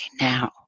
now